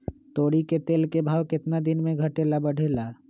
तोरी के तेल के भाव केतना दिन पर घटे ला बढ़े ला?